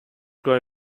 grown